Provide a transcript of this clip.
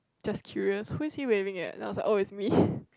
just curious who is he waving at then i was like oh it's me